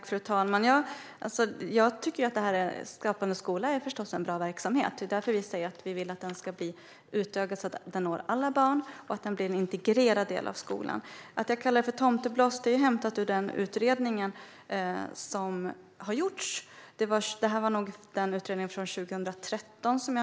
Fru talman! Skapande skola är en bra verksamhet. Det är därför vi vill att den ska utökas så att den når alla barn och att den blir en integrerad del av skolan. Att jag kallar det tomtebloss baserar jag på den utredning som gjordes 2013.